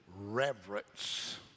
reverence